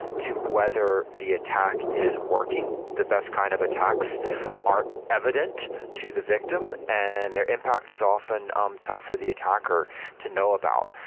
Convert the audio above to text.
to whether the attack is working. the best kind of attacks aren't evident to the victim and their impact is often um tough for the attacker to know about.